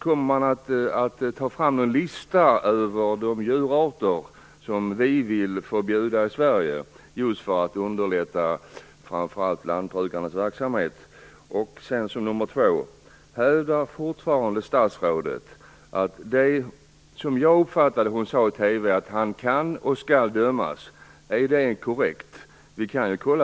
Kommer man att ta fram en lista över de djurarter som vi vill förbjuda i Sverige för att underlätta framför allt lantbrukarnas verksamhet? Hävdar fortfarande statsrådet det som jag uppfattade att hon sade i TV, dvs. att han kan och skall dömas? Är det korrekt? Vi kan ju kolla